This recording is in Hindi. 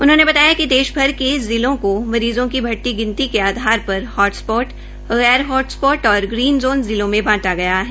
उन्होंने बताया कि देश भर के जिलों को मरीज़ों की बढ़ती गिनती के आधारपर हॉट स्पॉट गैर हॉट स्पॉट ग्रीन जोन जिलों में बांटा गया है